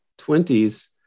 20s